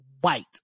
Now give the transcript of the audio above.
White